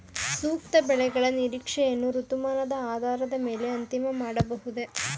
ಸೂಕ್ತ ಬೆಳೆಗಳ ನಿರೀಕ್ಷೆಯನ್ನು ಋತುಮಾನದ ಆಧಾರದ ಮೇಲೆ ಅಂತಿಮ ಮಾಡಬಹುದೇ?